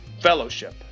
fellowship